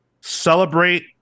celebrate